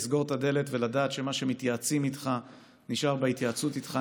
לסגור את הדלת ולדעת שמה מתייעצים איתך נשאר בהתייעצות איתך.